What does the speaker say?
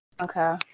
Okay